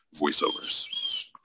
voiceovers